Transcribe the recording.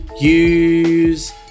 Use